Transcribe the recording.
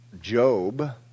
Job